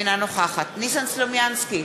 אינה נוכחת ניסן סלומינסקי,